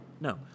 no